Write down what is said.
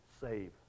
save